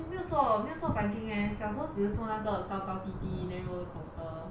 没有做没有做 viking eh 小时候只是坐那个高高低低 then roller coaster